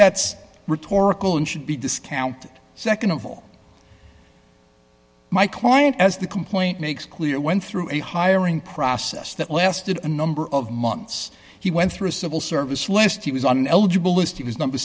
that's rhetorical and should be discounted nd of all my client as the complaint makes clear went through a hiring process that lasted a number of months he went through a civil service list he was an eligible list he was number